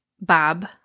Bob